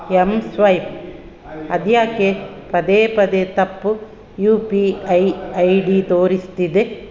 M swipe ಅದೇಕೆ ಪದೇ ಪದೇ ತಪ್ಪು U P I I D ತೋರಿಸ್ತಿದೆ